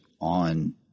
on –